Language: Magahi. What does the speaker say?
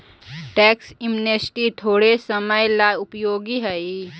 टैक्स एमनेस्टी थोड़े समय ला उपयोगी हई